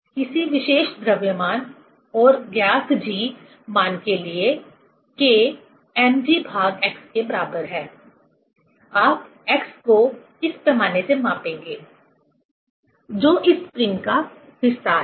किसी विशेष द्रव्यमान और ज्ञात g मान के लिए K mgx आप x को इस पैमाने से मापेंगे जो इस स्प्रिंग का विस्तार है